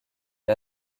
est